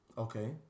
Okay